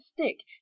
stick